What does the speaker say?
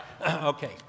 Okay